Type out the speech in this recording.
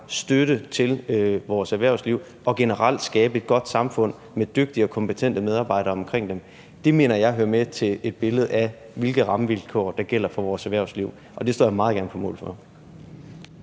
støtte til vores erhvervsliv og det med generelt at skabe et godt samfund med dygtige og kompetente medarbejdere. Det mener jeg hører med til et billede af, hvilke rammevilkår der gælder for vores erhvervsliv, og det står jeg meget gerne på mål for.